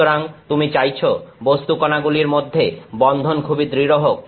সুতরাং তুমি চাইছো বস্তুকণা গুলির মধ্যে বন্ধন খুবই দৃঢ় হোক